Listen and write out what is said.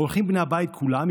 הולכים בני הבית כולם,